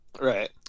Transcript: Right